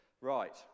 Right